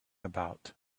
about